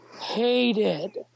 hated